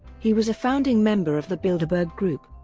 he was a founding member of the bilderberg group.